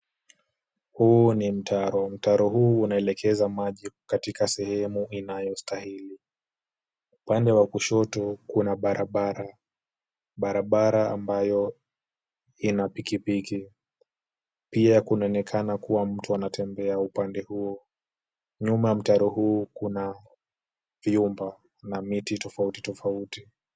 Huu ni mtaro. Mtaro huu unaelekeza maji katika sehemu inayostahili. Upande wa kushoto kuna barabara, barabara ambayo ina pikipiki. Pia kunaonekana kuwa mtu anatembea upande huo. Nyuma mtaro huu kuna vyumba na miti tofauti tofauti.